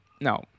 no